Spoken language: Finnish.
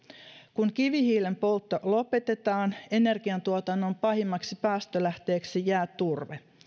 kun kivihiilen poltto lopetetaan energiantuotannon pahimmaksi päästölähteeksi jää turve